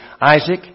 Isaac